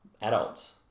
adults